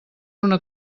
una